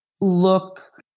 look